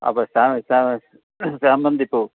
அப்புறம் ச ச சாமந்திப்பூ